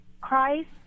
Christ